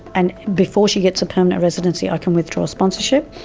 and before she gets a permanent residency, i can withdraw sponsorship.